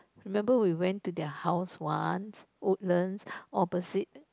remember we went to their house once Woodlands opposite